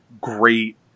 great